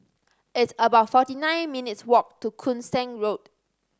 it's about forty nine minutes' walk to Koon Seng Road